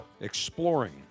exploring